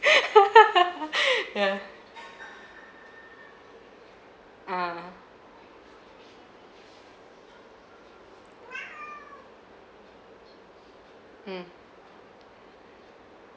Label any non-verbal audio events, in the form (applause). (laughs) yeah (uh huh) mm